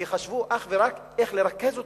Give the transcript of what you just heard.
כי חשבו אך ורק איך לרכז אותם,